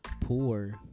poor